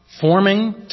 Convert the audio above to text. forming